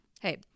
Hey